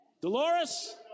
Dolores